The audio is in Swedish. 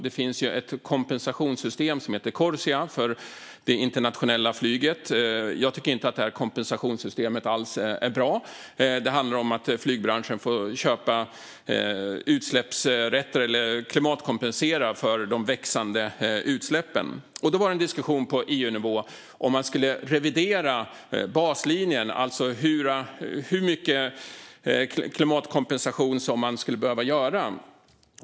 Det finns ett kompensationssystem som heter Corsia för det internationella flyget. Jag tycker inte alls att det är ett bra system. Det handlar om att flygbranschen får klimatkompensera för de växande utsläppen. Det fördes en diskussion på EU-nivå om att man skulle revidera baslinjen och hur mycket klimatkompensation man skulle behöva göra.